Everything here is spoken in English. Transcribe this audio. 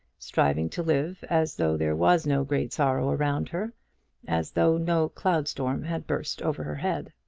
striving to live as though there was no great sorrow around her as though no cloud-storm had burst over her head.